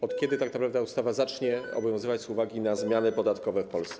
Od kiedy tak naprawdę ustawa zacznie obowiązywać z uwagi na zmiany podatkowe w Polsce?